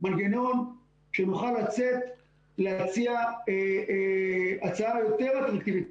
מנגנון שנוכל להציע הצעה יותר אטרקטיבית.